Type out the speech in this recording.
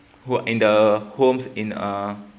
who are in the homes in uh